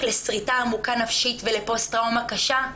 לשריטה עמוקה נפשית ופוסט טראומה קשה,